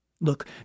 Look